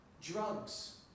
drugs